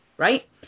Right